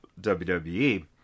wwe